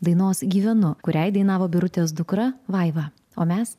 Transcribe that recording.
dainos gyvenu kuriai dainavo birutės dukra vaiva o mes